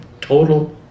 total